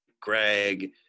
Greg